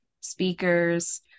speakers